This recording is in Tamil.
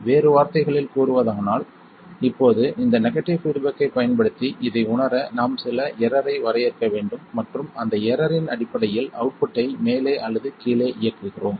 வேறு வார்த்தைகளில் கூறுவதானால் இப்போது இந்த நெகடிவ் பீட்பேக்கைப் பயன்படுத்தி இதை உணர நாம் சில எரர் ஐ வரையறுக்க வேண்டும் மற்றும் அந்த எரர் இன் அடிப்படையில் அவுட்புட்டை மேலே அல்லது கீழே இயக்குகிறோம்